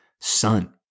son